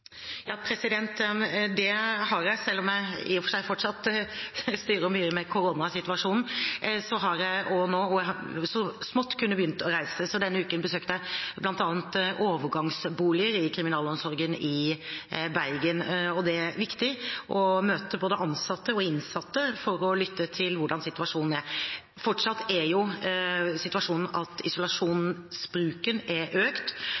Det har jeg, selv om jeg i og for seg fortsatt styrer mye med koronasituasjonen. Jeg har også så smått begynt å kunne reise, og denne uken besøkte jeg bl.a. overgangsboliger i kriminalomsorgen i Bergen. Det er viktig å møte både ansatte og innsatte for å lytte til hvordan situasjonen er. Fortsatt er situasjonen at isolasjonsbruken er økt,